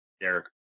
Derek